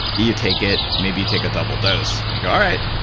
you take it maybe take a double does. you go, all right,